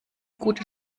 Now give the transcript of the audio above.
gut